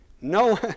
No